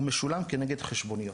הוא משולם כנגד חשבוניות.